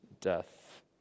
death